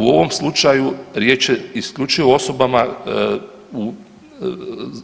U ovom slučaju, riječ je isključivo o osobama u,